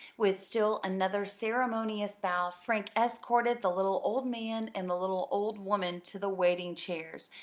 with still another ceremonious bow frank escorted the little old man and the little old woman to the waiting chairs,